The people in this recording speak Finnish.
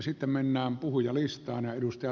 sitten mennään puhujalistaan